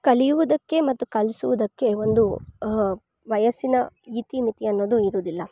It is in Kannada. ಕಲಿಯುವುದಕ್ಕೆ ಮತ್ತು ಕಲ್ಸುವುದಕ್ಕೆ ಒಂದು ವಯಸ್ಸಿನ ಇತಿಮಿತಿ ಅನ್ನೋದು ಇರುದಿಲ್ಲ